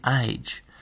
age